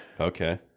Okay